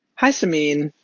hi samin,